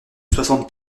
soixante